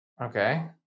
Okay